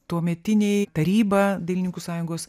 tuometiniai taryba dailininkų sąjungos